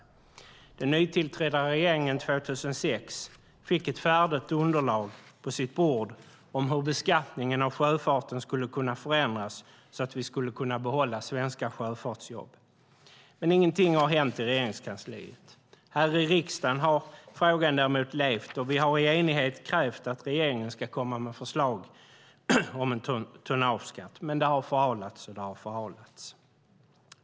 Den 2006 nytillträdda regeringen fick ett färdigt underlag på sitt bord om hur beskattningen av sjöfarten skulle kunna förändras så att vi skulle kunna behålla svenska sjöfartsjobb. Men ingenting har hänt i Regeringskansliet. Här i riksdagen har frågan däremot levt, och vi har i enighet krävt att regeringen ska komma med förslag om en tonnageskatt. Men det har förhalats och det har förhalats.